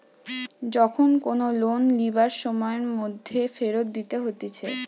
যখন কোনো লোন লিবার সময়ের মধ্যে ফেরত দিতে হতিছে